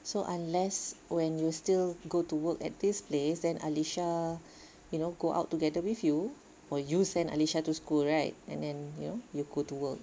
so unless when you still go to work at this place then Alisha you know go out together with you or you send Alisha to school right and then you know you go to work